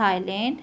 Thailand